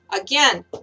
Again